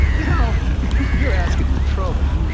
now you're asking for trouble!